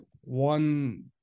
one